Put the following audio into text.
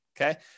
okay